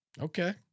Okay